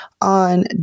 on